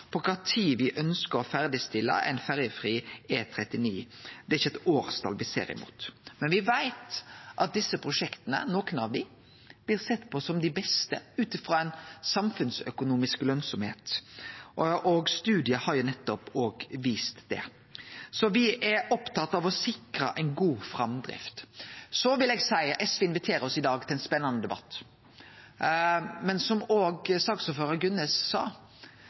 for kva tid me ønskjer å ferdigstille ein ferjefri E39. Det er ikkje noko årstal me ser imot. Men me veit at nokre av desse prosjekta blir sett på som dei beste når det gjeld samfunnsøkonomisk lønsemd. Studiar har òg vist det. Så me er opptatt av å sikre ei god framdrift. SV inviterer oss i dag til ein spennande debatt. Men som òg saksordførar Gunnes sa: